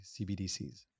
CBDCs